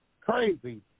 Crazy